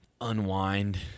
unwind